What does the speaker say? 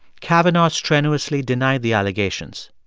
kavanaugh strenuously denied the allegations.